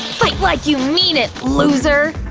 fight like you mean it, loser!